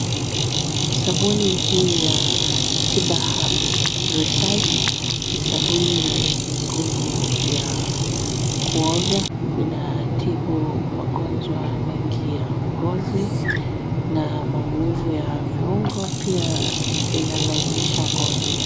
Sabuni hii ya tiba herbs research ni sabuni yenye nguvu ya kuoga, inatibu magonjwa mengi ya ngozi na maumivu ya viungo pia inalainisha ngozi.